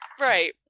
right